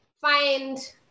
find